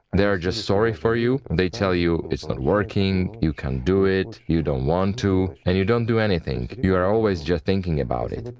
they are just sorry for you, they tell you it's not working, you can't do it, you don't want to, and you don't do anything, you are always just thinking about it.